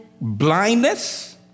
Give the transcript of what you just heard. blindness